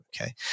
okay